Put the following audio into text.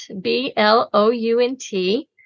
B-L-O-U-N-T